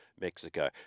Mexico